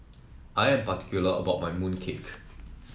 I am particular about my mooncake